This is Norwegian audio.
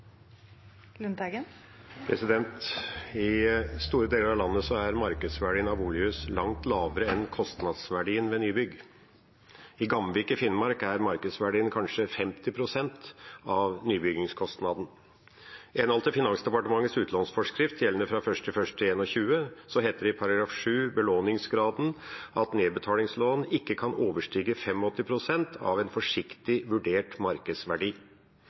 I store deler av landet er markedsverdien av bolighus langt lavere enn kostnadsverdien ved nybygg. I Gamvik i Finnmark er markedsverdien kanskje 50 pst. av nybyggingskostnaden. I henhold til Finansdepartementets utlånsforskrift, gjeldende fra 1. januar 2021, heter det i § 7, Belåningsgrad, at nedbetalingslån ikke kan overstige 85 pst. av en forsiktig vurdert markedsverdi.